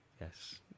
Yes